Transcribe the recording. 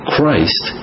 Christ